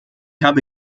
habe